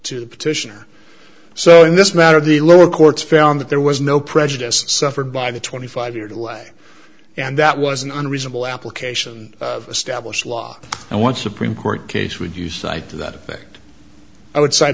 the petitioner so in this matter the lower courts found that there was no prejudice suffered by the twenty five year delay and that was an unreasonable application established law and one supreme court case would you cite to that effect i would